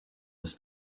was